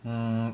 hmm